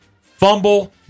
Fumble